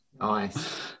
nice